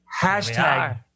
Hashtag